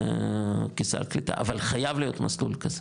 כסל קליטה, אבל חייב להיות מסלול כזה,